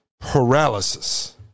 paralysis